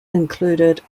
included